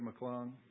McClung